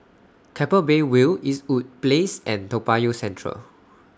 Keppel Bay View Eastwood Place and Toa Payoh Central